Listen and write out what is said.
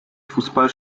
fußball